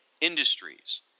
Industries